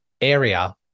area